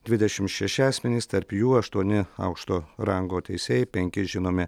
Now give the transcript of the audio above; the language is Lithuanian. dvidešimt šeši asmenys tarp jų aštuoni aukšto rango teisėjai penki žinomi